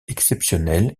exceptionnel